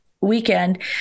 weekend